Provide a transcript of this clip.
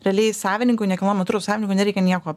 realiai savininkui nekilnojamo turto savininkui nereikia nieko